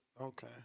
Okay